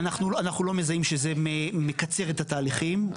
אנחנו לא מזהים שזה מקצר את התהליכים,